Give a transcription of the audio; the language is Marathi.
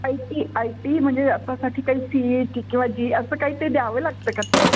आय टी आय टी म्हणजे अशासाठी काही सी ए टी किंवा जे ई असं काही ते द्यावे लागतं का ते